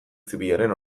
zibilaren